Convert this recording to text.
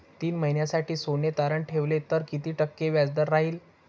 तीन महिन्यासाठी सोने तारण ठेवले तर किती टक्के व्याजदर राहिल?